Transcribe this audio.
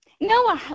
No